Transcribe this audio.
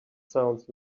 sounds